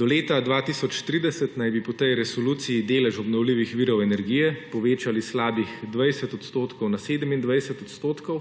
Do leta 2030 naj bi po tej resoluciji delež obnovljivih virov energije povečali za slabih 20 odstotkov na 27 odstotkov,